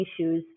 issues